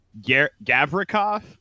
Gavrikov